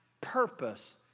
purpose